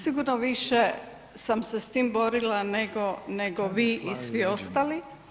Sigurno više sam se s tim borila nego vi i svi ostali.